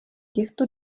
těchto